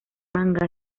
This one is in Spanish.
manga